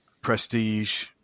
Prestige